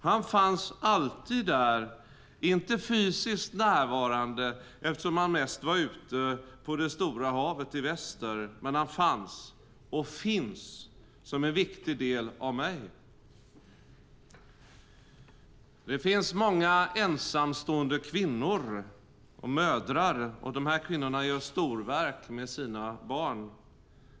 Han fanns alltid där - inte fysiskt närvarande eftersom han mest var ute på det stora havet i väster, men han fanns, och finns, som en viktig del av mig. Det finns många ensamstående mödrar. Dessa kvinnor gör storverk med sina barn.